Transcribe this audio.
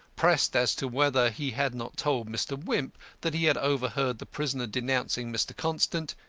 pressed as to whether he had not told mr. wimp that he had overheard the prisoner denouncing mr. constant,